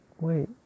wait